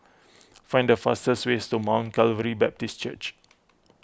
find the fastest ways to Mount Calvary Baptist Church